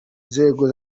nzego